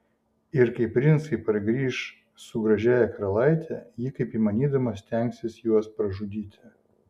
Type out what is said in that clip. ir kai princai pargrįš su gražiąja karalaite ji kaip įmanydama stengsis juos pražudyti